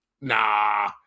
Nah